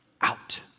out